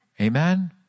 Amen